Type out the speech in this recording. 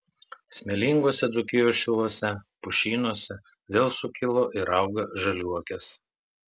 smėlinguose dzūkijos šiluose pušynuose vėl sukilo ir auga žaliuokės